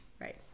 Right